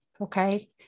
Okay